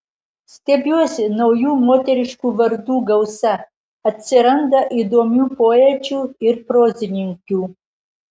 stebiuosi naujų moteriškų vardų gausa atsiranda įdomių poečių ir prozininkių